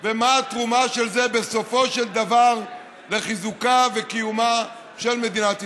ומה התרומה של זה בסופו של דבר לחיזוקה וקיומה של מדינת ישראל.